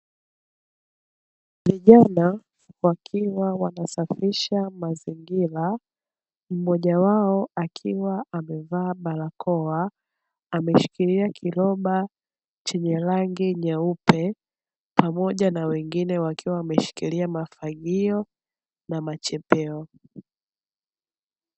vijana wakiwa wanasafisha mazingira mmoja wao akiwa amevaa barakoa akiwa ameshikilia kiroba chenye rangi nyeupe, pamoja na wengine wakiwa wameshikilia mafagio na machepeo.